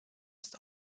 ist